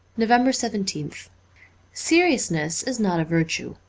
november seventeenth seriousness is not a virtue.